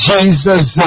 Jesus